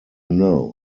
know